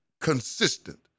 consistent